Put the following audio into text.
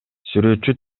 сүрөтчү